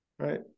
Right